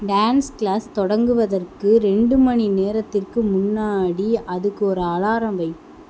dance class தொடங்குவதற்க்கு ரெண்டு மணி நேரத்திற்கு முன்னாடி அதுக்கு ஒரு அலாரம் வை